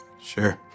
Sure